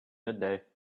midday